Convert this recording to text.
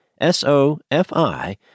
S-O-F-I